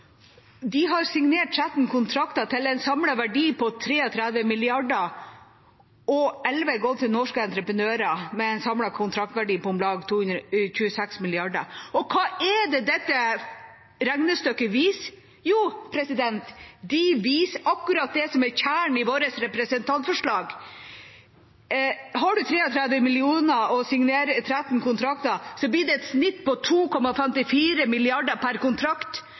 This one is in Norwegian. har signert 13 kontrakter til en samlet verdi på 33 mrd. kr, og elleve går til norske entreprenører med en samlet kontraktsverdi på om lag 26 mrd. kr. Hva er det dette regnestykket viser? Jo, det viser akkurat det som er kjernen i vårt representantforslag: Har man 33 mrd. kr og signerer 13 kontrakter, blir det et snitt på 2,54 mrd. kr per kontrakt.